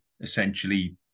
essentially